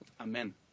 Amen